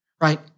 right